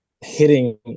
hitting